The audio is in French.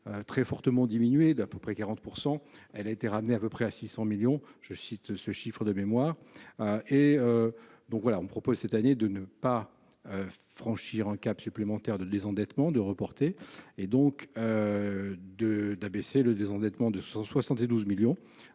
très fortement diminué d'à peu près 40 pourcent elle a été ramenée à peu près à 600 millions je cite ce chiffre de mémoire et donc voilà on propose cette année de ne pas franchir un cap supplémentaire de désendettement de reporter et donc de d'abaisser le désendettement de 172 millions